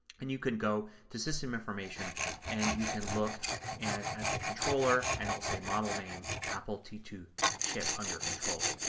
and you can go to system information and you can look and at the controller and it will say model name apple t two chip under controller.